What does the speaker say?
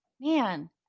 man